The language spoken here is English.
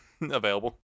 available